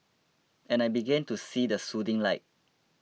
and I began to see the soothing light